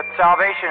salvation